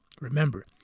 Remember